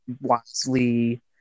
wisely